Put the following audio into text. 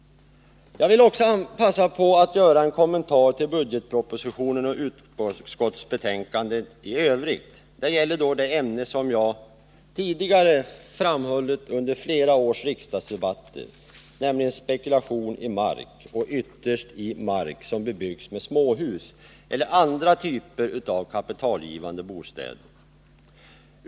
Jag vill också passa på att göra en kommentar till budgetpropositionen och utskottsbetänkandet i övrigt. Det gäller det ämne som jag tidigare hållit fram under flera års riksdagsdebatter. nämligen spekulation i mark och ytterst i mark som bebyggs med småhus eller andra typer av kapitalgivande bostäder.